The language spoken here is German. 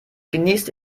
genießt